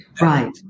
right